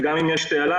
וגם אם יש תעלה,